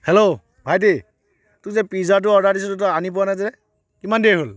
hello ভাইটি তোক যে পিজ্জাটো অৰ্ডাৰ দিছিলোঁ তই আনি পোৱা নাই যে কিমান দেৰি হ'ল